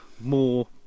more